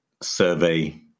survey